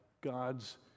God's